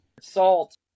salt